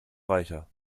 reicher